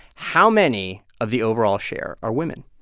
how many of the overall share are women?